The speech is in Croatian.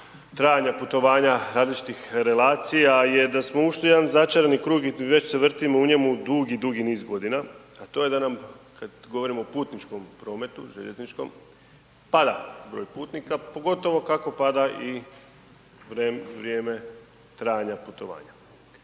trajanja putovanja različitih relacija je da smo ušli u jedan začarani krug i već se vrtimo u njemu dugi, dugi niz godina, a to je dam kad govorimo o putničkom prometu željezničkom pada broj putnika, pogotovo kako pada i vrijeme trajanja putovanja.